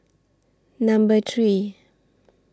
Number three